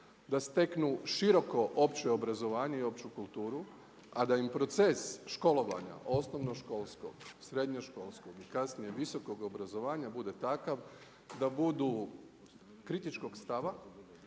da steknu široko opće obrazovanje i opću kulturu, a da im proces školovanja osnovnoškolskog, srednjoškolskog i kasnije visokog obrazovanja bude takav da budu kritičkog stava,